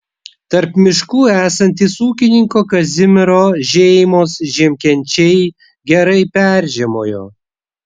tarp miškų esantys ūkininko kazimiro žeimos žiemkenčiai gerai peržiemojo